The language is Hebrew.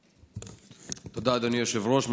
תודה, אדוני היושב-ראש.